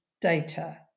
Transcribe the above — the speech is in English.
data